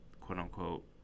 quote-unquote